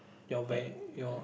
your where your